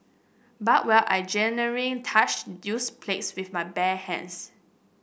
but while I gingering touched used plates with my bare hands